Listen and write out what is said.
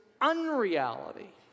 unreality